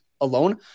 alone